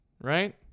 right